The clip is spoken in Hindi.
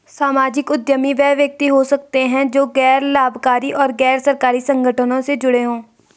सामाजिक उद्यमी वे व्यक्ति हो सकते हैं जो गैर लाभकारी और गैर सरकारी संगठनों से जुड़े हों